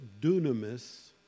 dunamis